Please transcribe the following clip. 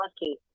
lucky